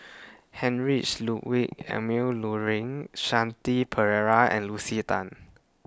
Heinrich Ludwig Emil Luering Shanti Pereira and Lucy Tan